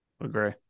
agree